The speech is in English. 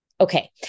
Okay